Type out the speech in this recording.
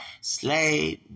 Slave